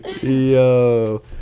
Yo